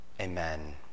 amen